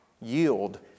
yield